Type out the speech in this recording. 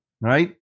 right